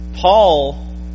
Paul